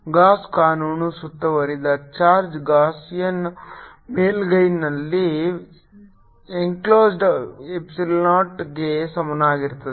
Gauss ಕಾನೂನು ಸುತ್ತುವರಿದ charge Gaussian ಮೇಲ್ಮೈಯಲ್ಲಿ ಎಂಕ್ಲೋಸೆಡ್ ಎಪ್ಸಿಲಾನ್ ನಾಟ್ ಗೆ ಸಮಾನವಾಗಿರುತ್ತದೆ